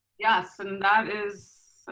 yes. and that is,